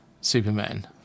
Superman